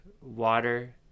water